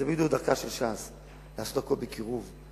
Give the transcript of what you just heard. זו בדיוק דרכה של ש"ס לעשות הכול בקירוב.